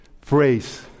phrase